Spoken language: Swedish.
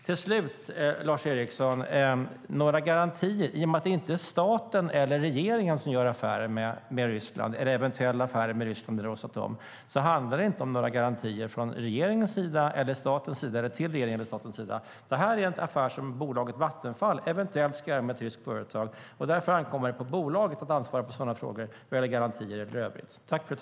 Till slut, Lars Eriksson, handlar det inte om några garantier till regeringen eller staten, i och med att det inte är staten eller regeringen som gör affärer med Ryssland, eller eventuella affärer med ryska Rosatom. Detta är en affär som bolaget Vattenfall eventuellt ska göra med ett ryskt företag, och därför ankommer det på bolaget att ansvara för sådana frågor, vad gäller garantier eller i övrigt.